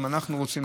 גם אנחנו רוצים,